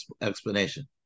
explanation